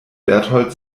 bertold